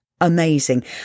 amazing